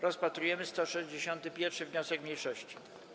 Rozpatrujemy 165. wniosek mniejszości.